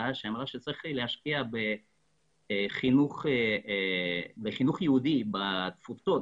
שאמרה שצריך להשקיע בחינוך יהודי בתפוצות